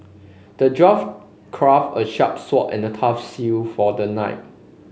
the dwarf craft a sharp sword and a tough shield for the knight